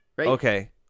Okay